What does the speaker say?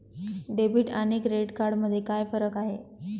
Debit आणि credit card मध्ये काय फरक आहे?